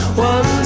one